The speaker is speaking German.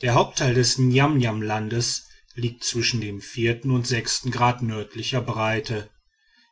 der hauptteil des niamniamlandes liegt zwischen dem und grad nördlicher breite